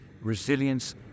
resilience